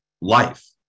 life